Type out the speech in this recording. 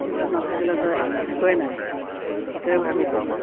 নিজৰ নাথাকিলেতো একোৱেই নাই সেইটোৱে ভাবি থাকোঁ